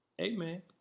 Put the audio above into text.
Amen